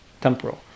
temporal